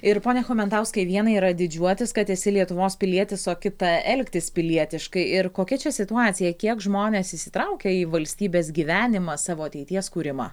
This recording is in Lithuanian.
ir pone chomentauskai viena yra didžiuotis kad esi lietuvos pilietis o kita elgtis pilietiškai ir kokia čia situacija kiek žmonės įsitraukia į valstybės gyvenimą savo ateities kūrimą